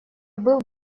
был